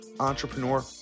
entrepreneur